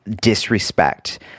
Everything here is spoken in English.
disrespect